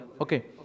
Okay